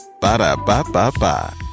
Ba-da-ba-ba-ba